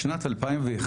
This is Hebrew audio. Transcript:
בשנת 2011,